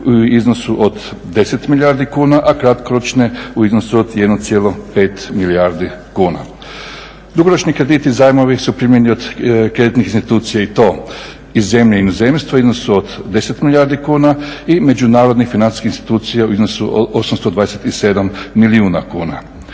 u iznosu od 10 milijardi kuna, a kratkoročne u iznosu od 1,5 milijardi kuna. Dugoročni krediti i zajmovi su primljeni od kreditnih institucija i to iz zemlje i inozemstva u iznosu od 10 milijardi kuna i međunarodnih financijskih institucija u iznosu od 827 milijuna kuna.